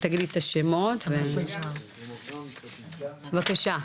בבקשה.